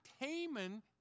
Haman